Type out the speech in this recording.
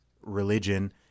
religion